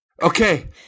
Okay